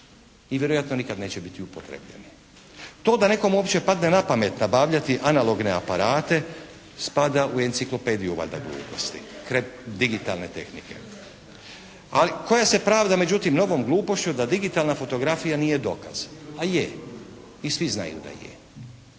I vjerojatno nikad neće biti upotrijebljeni. To da nekom uopće padne na pamet nabavljati analogne aparate spada u enciklopediju valjda gluposti digitalne tehnike, ali koja se pravda međutim novom glupošću da digitalna fotografija nije dokaz. A je. I svi znaju da je.